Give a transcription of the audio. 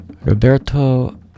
Roberto